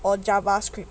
or jarv